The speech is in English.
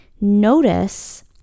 notice